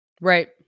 right